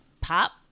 Pop